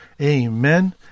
Amen